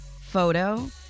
photo